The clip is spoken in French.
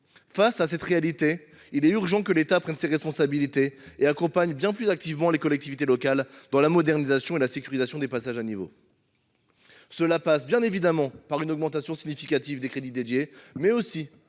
Face à cette réalité, il est urgent que l’État prenne ses responsabilités et accompagne bien plus activement les collectivités locales dans la modernisation et la sécurisation des passages à niveau. Cela passe bien évidemment par une augmentation significative des crédits afférents, mais aussi